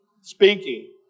speaking